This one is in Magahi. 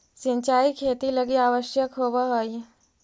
सिंचाई खेती लगी आवश्यक होवऽ हइ